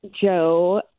Joe